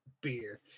Beer